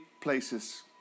places